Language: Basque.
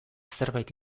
zerbait